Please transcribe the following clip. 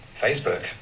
Facebook